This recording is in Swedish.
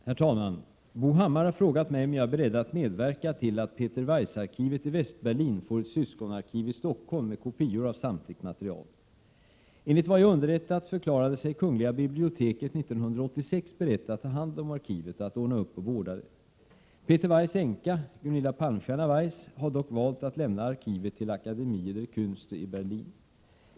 Herr talman! Bo Hammar har frågat mig om jag är beredd att medverka till att Peter Weiss-arkivet i Västberlin får ett syskonarkiv i Stockholm med kopior av samtligt material. Enligt vad jag underrättats förklarade sig kungliga biblioteket 1986 berett att ta hand om arkivet och att ordna upp och vårda det. Peter Weiss änka, Gunilla Palmstierna-Weiss, har dock valt att lämna arkivet till Akademie der Känste i Berlin.